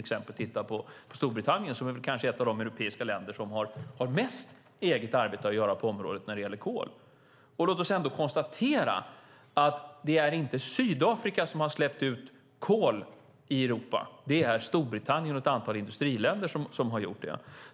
Storbritannien är kanske ett av de europeiska länder som har mest eget arbete att göra på kolkraftsområdet. Det är inte Sydafrika som har släppt ut kol i Europa, utan det är Storbritannien och ett antal industriländer som har gjort det.